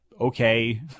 okay